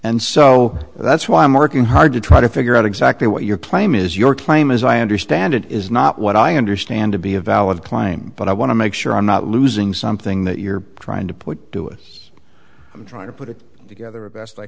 and so that's why i'm working hard to try to figure out exactly what your claim is your claim as i understand it is not what i understand to be a valid claim but i want to make sure i'm not losing something that you're trying to put do it's i'm trying to put it together best i